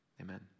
Amen